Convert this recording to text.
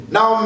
Now